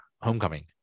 Homecoming